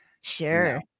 sure